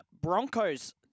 Broncos